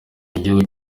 igihugu